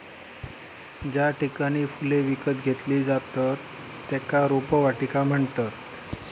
ज्या ठिकाणी फुले विकत घेतली जातत त्येका रोपवाटिका म्हणतत